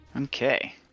Okay